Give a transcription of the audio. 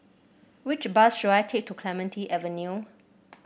which bus should I take to Clementi Avenue